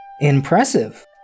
Impressive